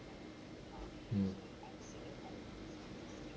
mm